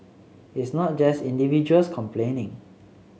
it's not just individuals complaining